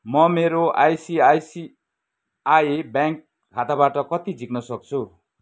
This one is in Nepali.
म मेरो आइसिआइसिआई ब्याङ्क खाताबाट कति झिक्न सक्छु